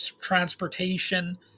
transportation